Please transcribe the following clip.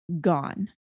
gone